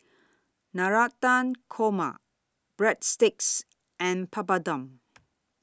Navratan Korma Breadsticks and Papadum